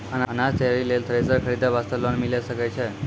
अनाज तैयारी लेल थ्रेसर खरीदे वास्ते लोन मिले सकय छै?